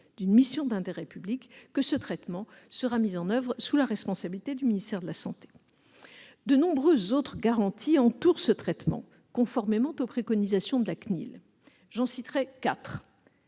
d'une mission d'intérêt public que ce traitement sera mis en oeuvre, sous la responsabilité du ministère des solidarités et de la santé. De nombreuses autres garanties entourent ce traitement, conformément aux préconisations de la CNIL. J'en citerai quatre.